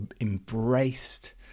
embraced